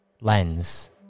lens